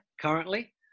currently